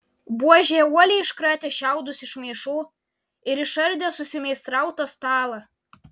buožė uoliai iškratė šiaudus iš maišų ir išardė susimeistrautą stalą